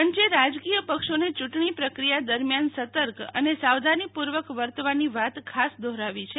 પંચે રાજકીય પક્ષોને યું ટણી પ્રકિયા દરમિયાનસર્તક અને સાવધાનીપૂ ર્વક વર્તવ્પ્તી વાત ખાસ દોહરાવી છે